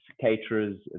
caterers